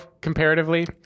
comparatively